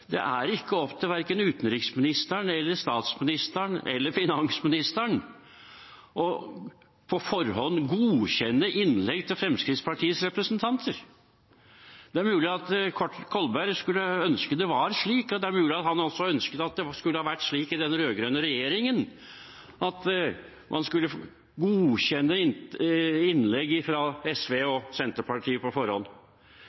Det er ikke opp til verken utenriksministeren eller statsministeren eller finansministeren å på forhånd godkjenne innlegg til Fremskrittspartiets representanter. Det er mulig at Kolberg skulle ønske det var slik. Det er mulig han også ønsket at det skulle vært slik under den rød-grønne regjeringen – at man skulle godkjenne innlegg fra SV